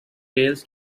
fails